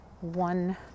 One